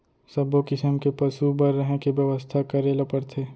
सब्बो किसम के पसु बर रहें के बेवस्था करे ल परथे